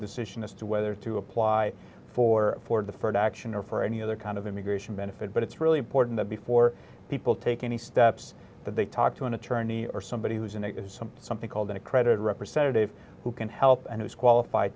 decision as to whether to apply for for the first action or for any other kind of immigration benefit but it's really important before people take any steps that they talk to an attorney or somebody who's in something called an accredited representative who can help and who is qualified